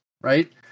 Right